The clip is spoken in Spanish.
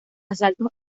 asaltos